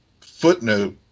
footnote